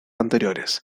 anteriores